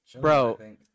Bro